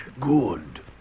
Good